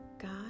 God